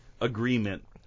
agreement